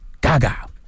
Gaga